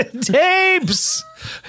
Tapes